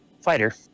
fighter